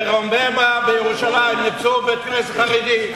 ברוממה בירושלים ניפצו בית-כנסת חרדי.